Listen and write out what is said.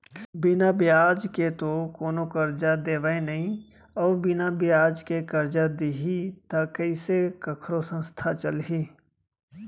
बिना बियाज के तो कोनो करजा देवय नइ अउ बिना बियाज के करजा दिही त कइसे कखरो संस्था चलही